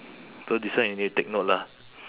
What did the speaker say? so this one you need to take note lah